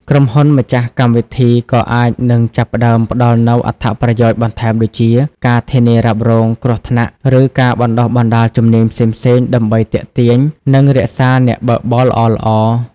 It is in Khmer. ក្រុមហ៊ុនម្ចាស់កម្មវិធីក៏អាចនឹងចាប់ផ្តើមផ្តល់នូវអត្ថប្រយោជន៍បន្ថែមដូចជា ការធានារ៉ាប់រងគ្រោះថ្នាក់ ឬការបណ្តុះបណ្តាលជំនាញផ្សេងៗ ដើម្បីទាក់ទាញ និងរក្សាអ្នកបើកបរល្អៗ។